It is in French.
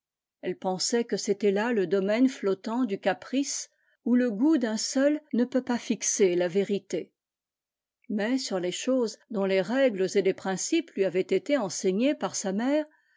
elle pensait que c'était là le domaine flottant du caprice où le goût d'un seul ne peut pas fixer la vérité mais sur les choses dont les règles et s principes lui avaient été enseignés par sa mère